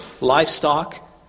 livestock